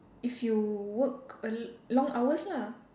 if you work a l~ long hours lah